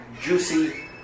juicy